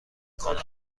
کنم